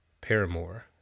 Paramore